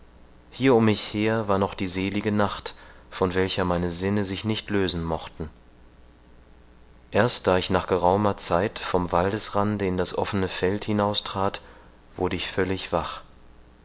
hier um mich her war noch die selige nacht von welcher meine sinne sich nicht lösen mochten erst da ich nach geraumer zeit vom waldesrande in das offene feld hinaustrat wurd ich völlig wach